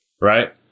right